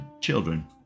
children